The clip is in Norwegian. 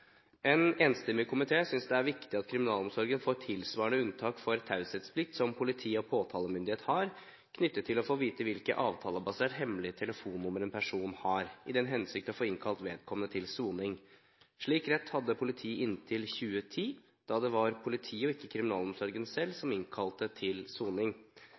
En enstemmig komité synes det er viktig at kriminalomsorgen får unntak for taushetsplikt tilsvarende det politi og påtalemyndighet har, knyttet til å få vite hvilket avtalebasert hemmelig telefonnummer en person har, i den hensikt å få innkalt vedkommende til soning. Slik rett hadde politiet inntil 2010, da det var politiet og ikke kriminalomsorgen selv som innkalte til soning.